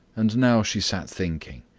and now she sat thinking.